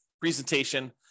presentation